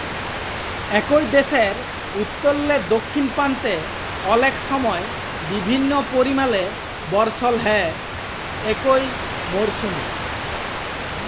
একই দ্যাশের উত্তরলে দখ্খিল পাল্তে অলেক সময় ভিল্ল্য পরিমালে বরসল হ্যয় একই মরসুমে